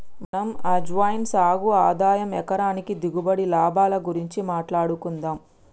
మనం అజ్వైన్ సాగు ఆదాయం ఎకరానికి దిగుబడి, లాభాల గురించి మాట్లాడుకుందం